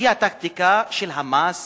שהיא הטקטיקה של המס